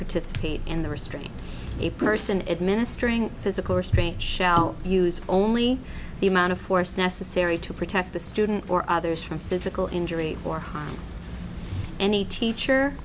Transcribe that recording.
participate in the restraint a person administering physical restraint shall use only the amount of force necessary to protect the student or others from physical injury or harm any teacher